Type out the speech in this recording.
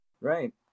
Right